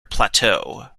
plateau